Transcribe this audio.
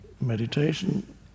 Meditation